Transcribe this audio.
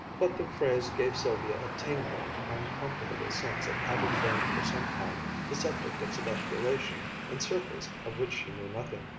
but the phrase gave sylvia a tingling, uncomfortable sense of having been for some time the subject of speculation in circles of which she knew nothing.